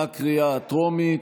בקריאה הטרומית.